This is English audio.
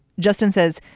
justin says.